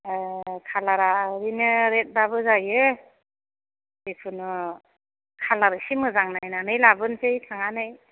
ए खालारआ बिदिनो रेडबाबो जायो जिखुनु कालार एसे मोजां नायनानै लाबोनोसै थांनानै